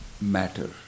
matter